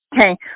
Okay